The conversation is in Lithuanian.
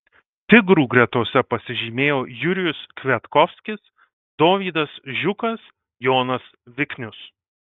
tigrų gretose pasižymėjo jurijus kviatkovskis dovydas žiukas jonas viknius